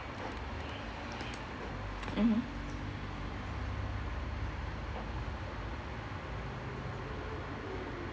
mmhmm